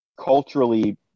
culturally